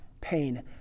pain